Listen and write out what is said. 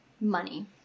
money